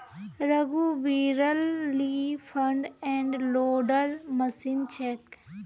रघुवीरेल ली front end loader machine छेक